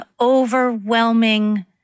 overwhelming